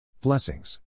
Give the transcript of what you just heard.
Blessings